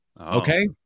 Okay